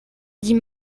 dit